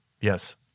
Yes